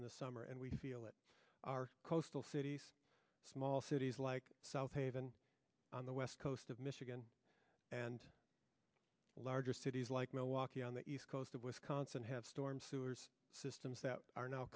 in the summer and we feel that our coastal cities small cities like south haven on the west coast of michigan and the larger cities like milwaukee on the east coast of wisconsin have storm sewers systems that are now